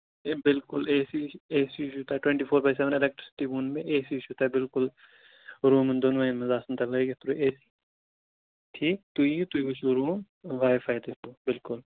ہے بِلکُل A C چھُ A C چھُ تَتہِ twenty four by seven electricity ووٚن مےٚ اے سی چھُ تَتہِ بِلکُل رومن دۅنوٕیَن روٗمن منز آسان تِمن لٲگِتھ اے سی ٹھیٖک تُہۍ ییِو تُہۍ وُچھِو رومس واے فاے تہِ تتہٕ بِلکُل